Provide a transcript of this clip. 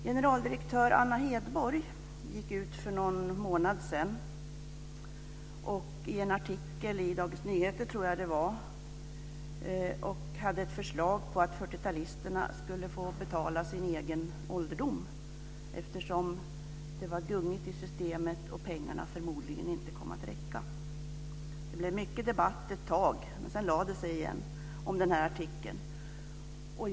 Generaldirektör Anna Hedborg gick för någon månad sedan ut i en artikel i Dagens Nyheter med ett förslag att 40-talisterna skulle få betala sin egen ålderdom, eftersom systemet är gungigt och pengarna förmodligen inte kommer att räcka. Det blev mycket debatt ett tag om den här artikeln, men sedan lade den sig.